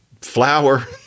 flour